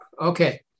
Okay